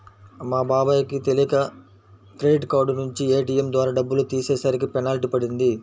మా బాబాయ్ కి తెలియక క్రెడిట్ కార్డు నుంచి ఏ.టీ.యం ద్వారా డబ్బులు తీసేసరికి పెనాల్టీ పడింది